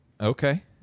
Okay